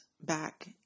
back